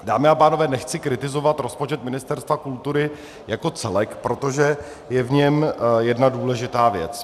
Dámy a pánové, nechci kritizovat rozpočet Ministerstva kultury jako celek, protože je v něm jedna důležitá věc.